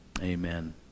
Amen